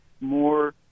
more